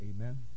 Amen